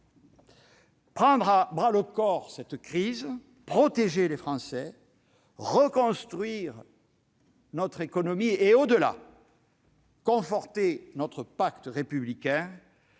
crise à bras-le-corps, protéger les Français, reconstruire notre économie et, au-delà, conforter notre pacte républicain